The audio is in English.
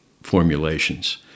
formulations